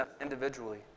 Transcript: individually